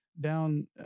down